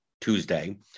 Tuesday